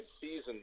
season